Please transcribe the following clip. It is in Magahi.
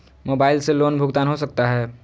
मोबाइल से लोन भुगतान हो सकता है?